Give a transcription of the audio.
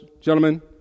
Gentlemen